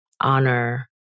honor